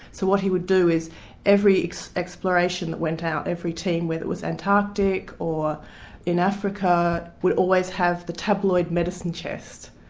so what he would do is every exploration that went out, every team whether it was antarctic or in africa, would always had the tabloid medicine chest,